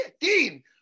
Dean